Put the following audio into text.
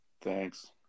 Thanks